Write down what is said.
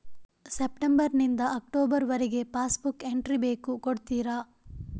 September ನಿಂದ October ವರಗೆ passbook entry ಬೇಕು ಕೊಡುತ್ತೀರಾ?